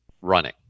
running